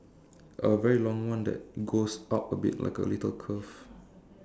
a very long one that goes up a bit like a little curve